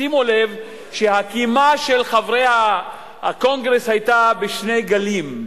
שימו לב שהקימה של חברי הקונגרס היתה בשני גלים: